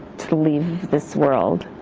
to leave this world.